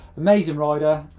amazing rider,